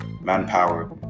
manpower